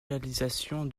réalisation